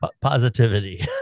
positivity